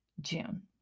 June